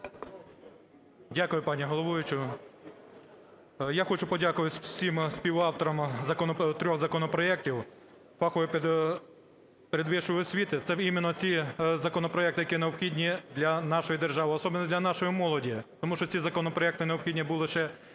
Дякую, пані головуюча. Я хочу подякувати всім співавторів трьох законопроектів фахової передвищої освіти, це іменно ті законопроекти, які необхідні для нашої держави, особливо для нашої молоді, тому що ці законопроекти необхідні були